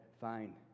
fine